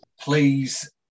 please